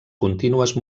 contínues